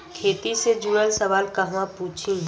खेती से जुड़ल सवाल कहवा पूछी?